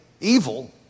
evil